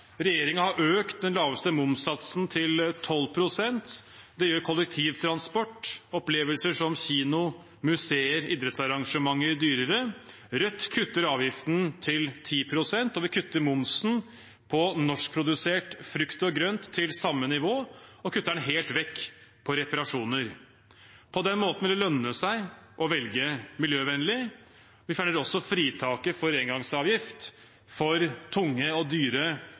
har økt den laveste momssatsen til 12 pst. Det gjør kollektivtransport og opplevelser som kino, museer og idrettsarrangementer dyrere. Rødt kutter avgiften til 10 pst., og vi kutter momsen på norskprodusert frukt og grønt til samme nivå og kutter den helt vekk på reparasjoner. På den måten vil det lønne seg å velge miljøvennlig. Vi fjerner også fritaket for engangsavgift for tunge og dyre